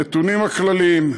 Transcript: נתונים כלליים: